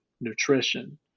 nutrition